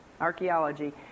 archaeology